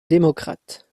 démocrate